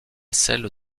celle